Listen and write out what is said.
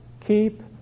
keep